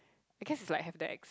because it's like have the ex~